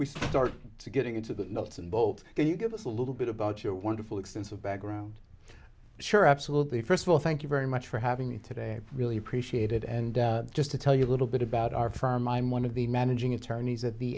we start to get into the nuts and bolts can you give us a little bit about your wonderful extensive background sure absolutely first of all thank you very much for having me today really appreciated and just to tell you a little bit about our firm i'm one of the managing attorneys at the